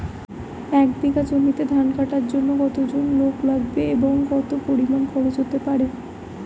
এক বিঘা জমিতে ধান কাটার জন্য কতজন লোক লাগবে এবং কত পরিমান খরচ হতে পারে?